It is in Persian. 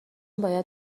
باید